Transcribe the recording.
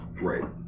Right